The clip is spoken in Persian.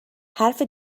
حرف